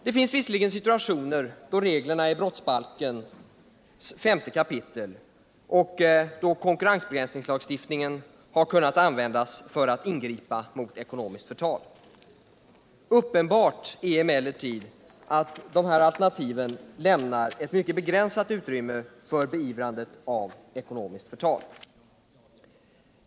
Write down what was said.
Det finns visserligen situationer då reglerna om förtal i brottsbalkens 5 kap. har kunnat användas för att ingripa mot ekonomiskt förtal. Uppenbart är emellertid att de här alternativen lämnar ett mycket begränsat utrymme för beivrandet av ekonomiskt förtal.